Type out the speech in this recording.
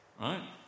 right